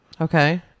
Okay